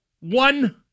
one